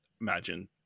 imagine